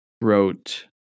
wrote